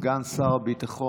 סגן שר הביטחון,